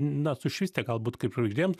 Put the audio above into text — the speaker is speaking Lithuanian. na sušvisti galbūt kaip žvaigždėm